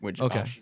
Okay